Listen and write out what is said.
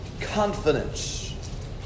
confidence